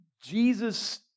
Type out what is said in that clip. Jesus